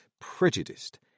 prejudiced